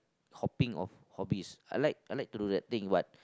hopping of hobbies I like I like to do that thing but